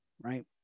Right